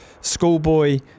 schoolboy